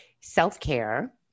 self-care